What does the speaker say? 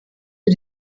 für